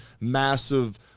massive